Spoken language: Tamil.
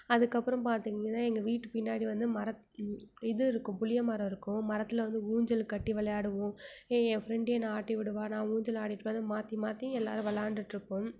அதுக்கப்புறம் பார்த்திங்கன்னா எங்கள் வீட்டு பின்னாடி வந்து மரத் இது இருக்கும் புளிய மரம் இருக்கும் மரத்தில் வந்து ஊஞ்சல் கட்டி விளையாடுவோம் என் ஃப்ரெண்டு என்னை ஆட்டிவிடுவாள் நான் ஊஞ்சல் ஆடிப்பேன் மாற்றி மாற்றி எல்லோரும் வி விளாண்டுட்டுருப்போம்